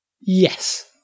yes